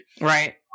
Right